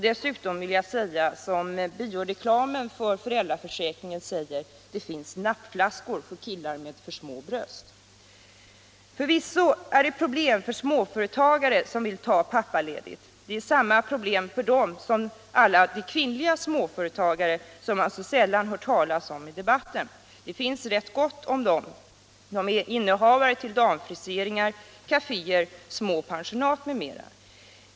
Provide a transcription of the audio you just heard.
Dessutom vill jag säga som bioreklamen: ”Det finns nappflaskor för killar med för små bröst.” Förvisso är det problem för småföretagare som vill ta pappaledigt. Det är samma problem för dem som för alla de kvinnliga småföretagare som man så sällan hör talas om i debatten. Det finns rätt gott om dem —- de är innehavare av damfriseringar, kaféer, små pensionat m.m.